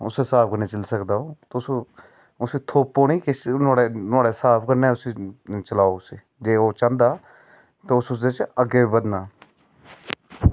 उस्सै स्हाब कन्नै चली सकदा ओह् उसी थोपो निं नुहाड़े स्हाब कन्नै ओह् चलाओ उसी जे ओह् चाहंदा ते उस चीजै च अग्गै बधना